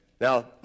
Now